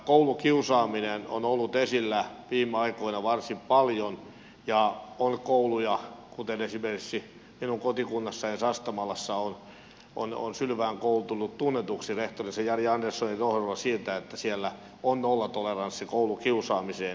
koulukiusaaminen on ollut esillä viime aikoina varsin paljon ja kun kouluja kuten vesi vesi esimerkiksi minun kotikunnassani sastamalassa on sylvään koulu tullut tunnetuksi rehtorinsa jari anderssonin johdolla siitä että siellä on nollatoleranssi koulukiusaamiseen